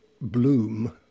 bloom